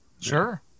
Sure